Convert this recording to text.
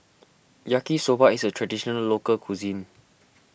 Yaki Soba is a Traditional Local Cuisine